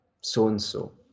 so-and-so